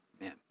Man